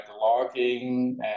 logging